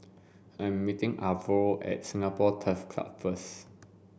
I'm meeting Arvo at Singapore Turf Club first